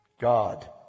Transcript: God